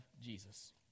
Jesus